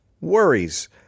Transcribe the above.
worries